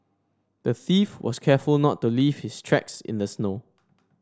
the thief was careful not to leave his tracks in the snow